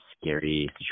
scary